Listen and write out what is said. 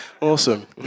Awesome